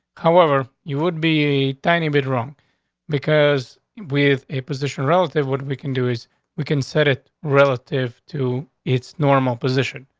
however you would be a tiny bit wrong because with a position relative would weaken. do is weaken said it relative to its normal position.